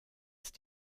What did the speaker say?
ist